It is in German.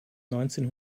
neunzehn